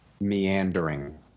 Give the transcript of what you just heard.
meandering